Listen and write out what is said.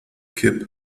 kipp